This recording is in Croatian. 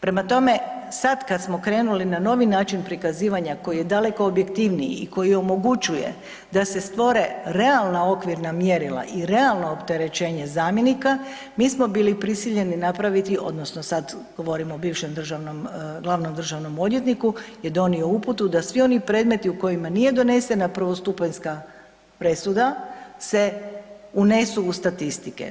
Prema tome, sad kad smo krenuli na novi način prikazivanja koji je daleko objektivniji i koji omogućuje da se stvore realna okvirna mjerila i realna opterećenja zamjenika mi smo bili prisiljeni napraviti odnosno sad govorim o bivšem državnom, glavnom državnom odvjetniku je donio uputu da svi oni predmeti u kojima nije donesena prvostupanjska presuda se unesu u statistike.